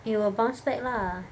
it will bounce back lah